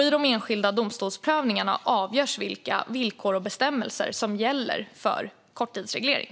I de enskilda domstolsprövningarna avgörs vilka villkor och bestämmelser som ska gälla för korttidsreglering.